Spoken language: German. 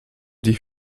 die